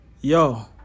yo